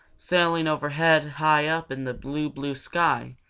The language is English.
sailing overhead high up in the blue, blue sky,